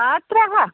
ساڑ ترٛےٚ ہتھ